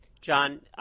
John